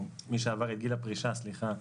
מי שעבר את גיל הפרישה, סליחה.